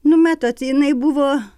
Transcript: nu matot jinai buvo